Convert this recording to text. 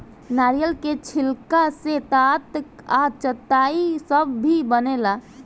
नारियल के छिलका से टाट आ चटाई सब भी बनेला